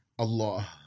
Allah